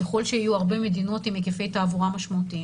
ככל שיהיו הרבה מדינות עם היקפי תעבורה משמעותיים,